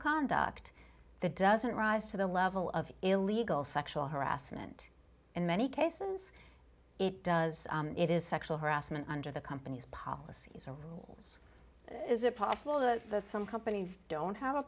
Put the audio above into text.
conduct that doesn't rise to the level of illegal sexual harassment in many cases it does it is sexual harassment under the company's policies or is it possible the some companies don't have a